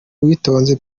uwitonze